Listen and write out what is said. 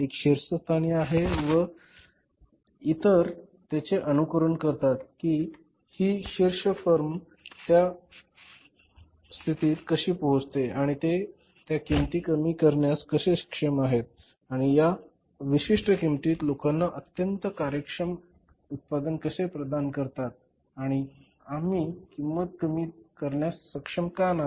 एक शीर्षस्थानी आहे व इतर त्याचे अनुसरण करतात की शीर्ष फर्म त्या स्थितीत कसे पोहचते आणि ते त्या किंमती कमी करण्यास कसे सक्षम आहेत आणि त्या विशिष्ट किंमतीत लोकांना अत्यंत कार्यक्षम उत्पादन कसे प्रदान करतात आणि आम्ही किंमत कमी करण्यास सक्षम का नाही